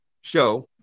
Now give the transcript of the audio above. show